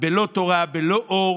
שהצטרף בגיל 14 ללח"י,